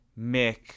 Mick